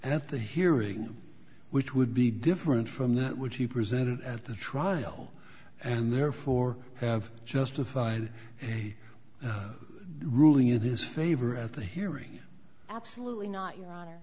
at the hearing which would be different from that which he presented at the trial and therefore have justified a ruling it is favor at the hearing absolutely not your honor